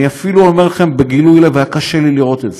אני אפילו אומר לכם בגילוי לב שהיה לי קשה לראות את זה.